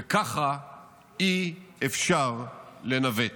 וככה אי-אפשר לנווט.